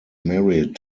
married